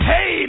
Hey